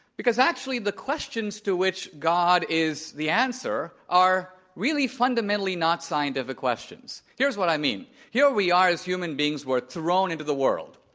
because actually the questions to which god is the answer are really fundamentally not scientific questions. here is what i mean. here we are as human beings. we're thrown into the world.